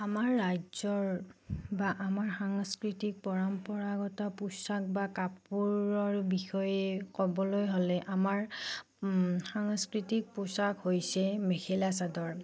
আমাৰ ৰাজ্যৰ বা আমাৰ সাংস্কৃতিক পৰম্পৰাগত পোছাক বা কাপোৰৰ বিষয়ে ক'বলৈ হ'লে আমাৰ সাংস্কৃতিক পোছাক হৈছে মেখেলা চাদৰ